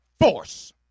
force